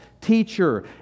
teacher